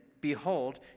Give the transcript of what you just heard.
behold